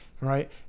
Right